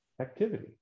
activity